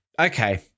okay